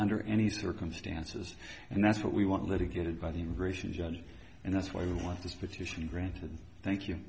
under any circumstances and that's what we want litigated by the ration and that's why we want this petition granted thank you